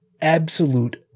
absolute